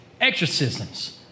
Exorcisms